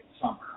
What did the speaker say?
summer